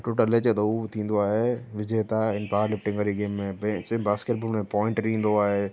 total अचे थो उहो थींदो आहे विजेता आहिनि पावर लिफ्टिंग वारी गेम में बे सेम बास्केटबॉल में पोईंट ॾींदो आहे